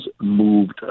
moved